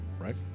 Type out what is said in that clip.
Right